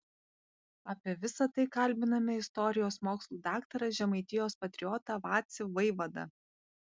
apie visa tai kalbiname istorijos mokslų daktarą žemaitijos patriotą vacį vaivadą